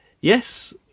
Yes